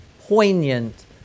poignant